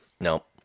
Nope